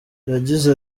yagize